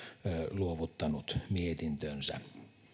luovuttanut mietintönsä